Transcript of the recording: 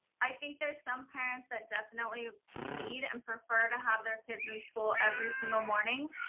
i think there's some parents that definitely need and prefer to have their kids in school every single morning.